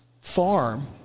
farm